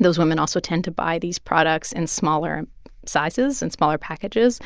those women also tend to buy these products in smaller sizes and smaller packages